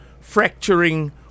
fracturing